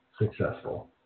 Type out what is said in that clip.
successful